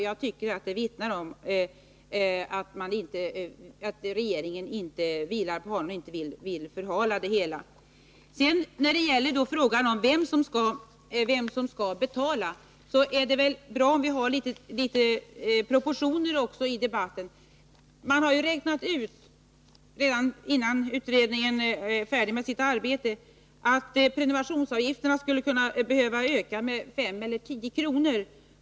Jag tycker att detta vittnar om att regeringen inte vilar på hanen och vill förhala det hela. När det gäller frågan om vem som skall betala är det väl bra om det finns litet proportioner i debatten. Redan innan utredningen blev färdig med sitt arbete hade man ju räknat ut att prenumerationsavgifterna skulle behöva höjas med 5—10 kr.